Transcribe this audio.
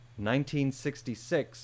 1966